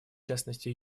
частности